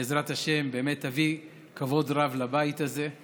ובעזרת השם באמת תביא כבוד רב לבית הזה,